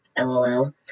LOL